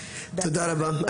תודה רבה.